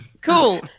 Cool